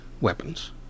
weapons